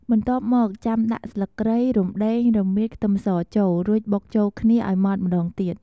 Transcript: បន្ទាប់មក ចាំដាក់ស្លឹកគ្រៃ រំដេង រមៀត ខ្ទឹមសចូល រួចបុកចូលគ្នាឱ្យម៉ដ្ឋម្តងទៀត។